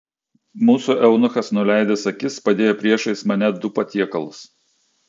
mūsų eunuchas nuleidęs akis padėjo priešais mane du patiekalus